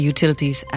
Utilities